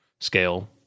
scale